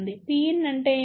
Pin అంటే ఏమిటి